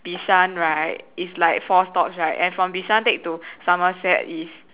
Bishan right is like four stops right and from Bishan take to somerset is